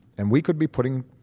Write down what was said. and we could be putting